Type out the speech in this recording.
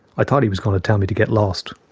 i thought he was going to tell me to get lost.